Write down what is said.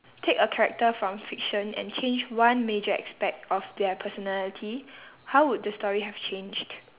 take a character from fiction and change one major aspect of their personality how would the story have changed